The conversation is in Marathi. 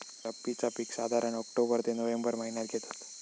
रब्बीचा पीक साधारण ऑक्टोबर ते नोव्हेंबर महिन्यात घेतत